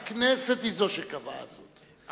הכנסת היא זו שקבעה זאת,